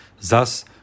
thus